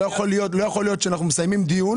העובדים שם משלמים מסים?